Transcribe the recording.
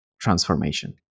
transformation